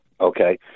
okay